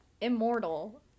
immortal